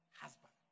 husband